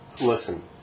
listen